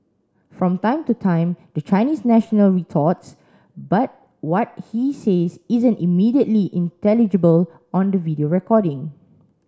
from time to time the Chinese national retorts but what he says isn't immediately intelligible on the video recording